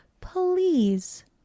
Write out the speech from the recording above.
please